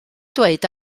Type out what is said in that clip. dweud